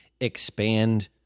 expand